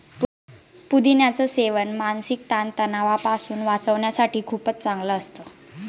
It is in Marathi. पुदिन्याच सेवन मानसिक ताण तणावापासून वाचण्यासाठी खूपच चांगलं असतं